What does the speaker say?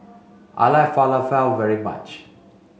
I like Falafel very much